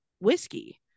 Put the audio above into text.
whiskey